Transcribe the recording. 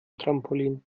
trampolin